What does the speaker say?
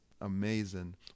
amazing